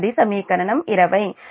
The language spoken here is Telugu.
అది సమీకరణం 20